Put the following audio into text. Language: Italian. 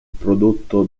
prodotto